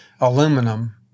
aluminum